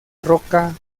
roca